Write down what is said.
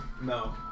No